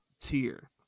tier